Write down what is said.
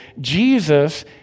Jesus